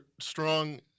strong